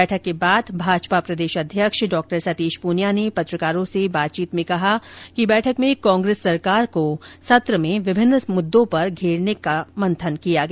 बैठक के बाद भाजपा प्रदेशाध्यक्ष डॉ सतीश प्रनियां ने पत्रकारों से बातचीत में कहा कि बैठक में कांग्रेस सरकार को सत्र में विभिन्न मुद्दों पर घेरने पर मंथन किया गया